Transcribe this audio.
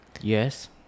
yes